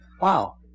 Wow